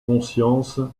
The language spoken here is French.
conscience